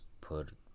put